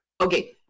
okay